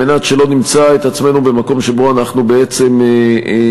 על מנת שלא נמצא את עצמנו במקום שבו אנחנו בעצם מכבידים